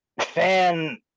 fan